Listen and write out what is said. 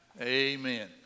Amen